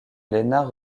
glénat